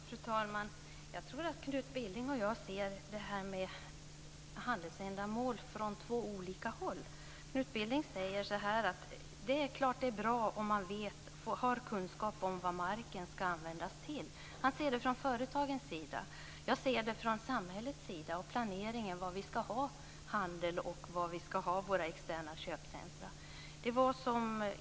Fru talman! Jag tror att Knut Billing och jag ser på frågan om handelsändamål från två håll. Knut Billing säger att det är klart att det är bra om man har kunskap om vad marken ska användas till. Han ser det från företagens sida. Jag ser det från samhällets sida, planeringen om var handel ska ske och var externa köpcentrum ska finnas.